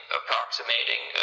approximating